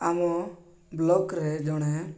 ଆମ ବ୍ଲକରେ ଜଣେ